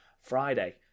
Friday